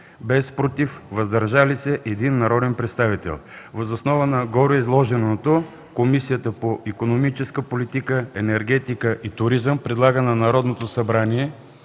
без „против”, „въздържали се” – 5 народни представители. Въз основа на гореизложеното Комисията по икономическа политика енергетика и туризъм предлага на Народното събрание